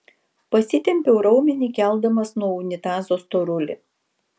pasitempiau raumenį keldamas nuo unitazo storulį